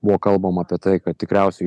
buvo kalbama apie tai kad tikriausiai